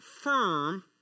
firm